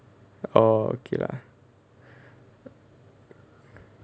orh okay lah